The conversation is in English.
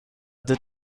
did